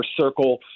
circle